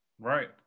Right